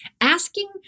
asking